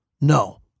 No